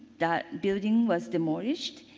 that building was demolished.